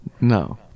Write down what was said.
No